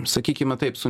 sakykime taip su